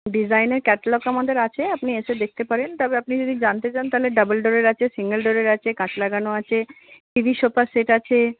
ডিজাইনের ক্যাটলগ আমাদের আছে আপনি এসে দেখতে পারেন তবে আপনি যদি জানতে চান তাহলে ডবল ডোরের আছে সিঙ্গেল ডোরের আছে কাঁচ লাগানো আছে টিভি সোফা সেট আছে